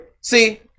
See